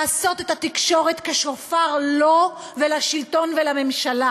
לעשות את התקשורת כשופר לו ולשלטון ולממשלה.